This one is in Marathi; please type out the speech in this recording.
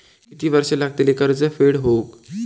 किती वर्षे लागतली कर्ज फेड होऊक?